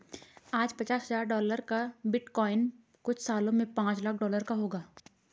आज पचास हजार डॉलर का बिटकॉइन कुछ सालों में पांच लाख डॉलर का होगा